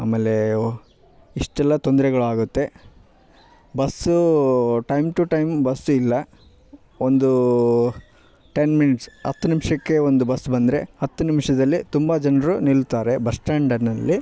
ಆಮೇಲೇವು ಇಷ್ಟೆಲ್ಲ ತೊಂದರೆಗಳು ಆಗುತ್ತೆ ಬಸ್ಸೂ ಟೈಮ್ ಟು ಟೈಮ್ ಬಸ್ ಇಲ್ಲ ಒಂದು ಟೆನ್ ಮಿನಿಟ್ಸ್ ಹತ್ತು ನಿಮಿಷಕ್ಕೆ ಒಂದು ಬಸ್ ಬಂದರೆ ಹತ್ತು ನಿಮಿಷದಲ್ಲೇ ತುಂಬ ಜನರು ನಿಲ್ತಾರೆ ಬಸ್ ಸ್ಟ್ಯಾಂಡ್ನಲ್ಲಿ